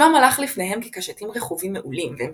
שמם הלך לפניהם כקשתים רכובים מעולים והם